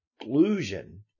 exclusion